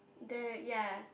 there ya